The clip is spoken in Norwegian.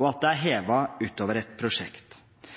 og at det er hevet ut over et prosjekt.